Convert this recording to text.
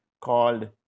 called